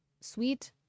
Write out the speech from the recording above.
Sweet